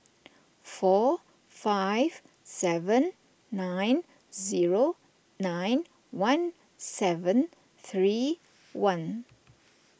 four five seven nine zero nine one seven three one